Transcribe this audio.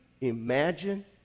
imagine